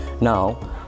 Now